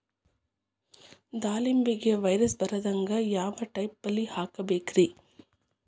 ದಾಳಿಂಬೆಗೆ ವೈರಸ್ ಬರದಂಗ ಯಾವ್ ಟೈಪ್ ಬಲಿ ಹಾಕಬೇಕ್ರಿ?